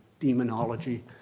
demonology